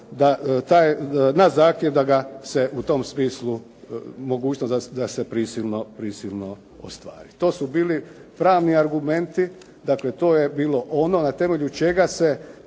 ga se u tom smislu, mogućnost da se prisilno ostvari. To su bili pravni argumenti, dakle to je bilo ono na temelju čega se